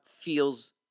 feels